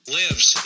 lives